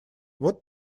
вот